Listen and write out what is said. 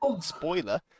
Spoiler